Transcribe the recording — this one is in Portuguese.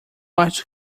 acho